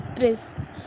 risks